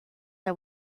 are